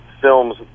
films